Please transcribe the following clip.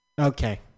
Okay